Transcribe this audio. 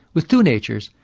with two natures,